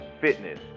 fitness